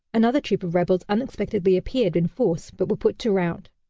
another troop of rebels unexpectedly appeared in force, but were put to rout.